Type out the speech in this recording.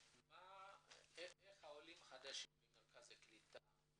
איך העולים החדשים ממרכזי הקליטה,